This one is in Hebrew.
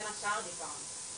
בין השאר דיכאון.